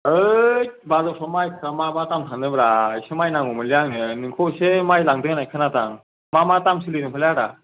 eight बाजारफ्राव माइफ्रा मा मा दाम थाङोब्रा एसे माइ नांगौमोनलै आंनो नोंखौ एसे माइ लांदों होन्नाय खोनादां मा मा दाम सोलिदों फालाय आदा